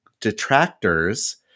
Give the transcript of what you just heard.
detractors